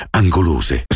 angolose